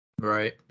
Right